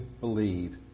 believe